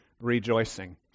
rejoicing